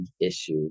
issue